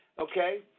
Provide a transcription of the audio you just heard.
Okay